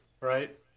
right